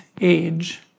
age